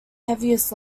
heaviest